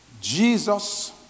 Jesus